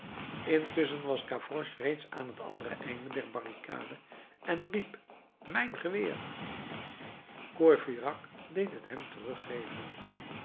intusschen was gavroche reeds aan het andere einde der barricade en riep mijn geweer courfeyrac deed het hem teruggeven